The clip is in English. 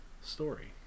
story